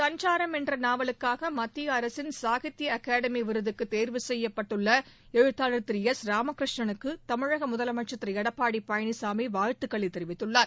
சஞ்சாரம் என்ற நாவலுக்காக மத்திய அரசின் சாகித்ய அகாதமி விருதுக்கு தேர்வு செய்யப்பட்டுள்ள எழுத்தாளர் திருஎஸ் ராமகிருஷ்ணனுக்கு தமிழக முதலமச்சர் திரு எடப்பாடி பழனிசாமி வாழ்த்துக்களை தெரிவித்துள்ளார்